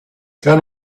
can